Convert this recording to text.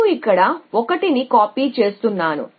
నేను ఇక్కడ 1 ని కాపీ చేస్తున్నాను